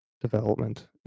development